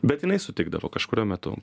bet jinai sutikdavo kažkuriuo metu